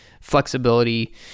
flexibility